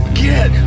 get